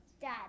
dad